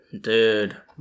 Dude